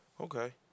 Okay